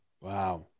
Wow